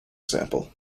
example